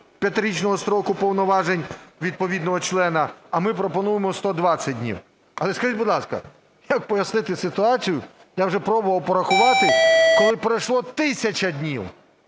5-річного строку повноважень відповідного члена, а ми пропонуємо 120 днів. Але скажіть, будь ласка, як пояснити ситуацію, я вже пробував порахувати, коли пройшло тисяча днів?